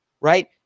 right